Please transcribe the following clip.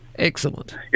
Excellent